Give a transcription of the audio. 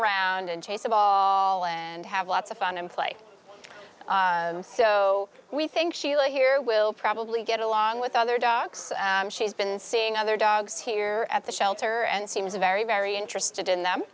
around and chase a ball and have lots of fun and play so we think sheila here will probably get along with other dogs she's been seeing other dogs here at the shelter and seems very very interested in them